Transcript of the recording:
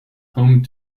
home